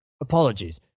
Apologies